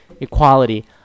equality